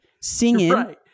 singing